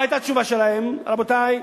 מה היתה התשובה שלהם, רבותי?